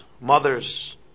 mothers